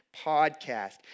podcast